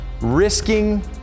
risking